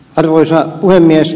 arvoisa puhemies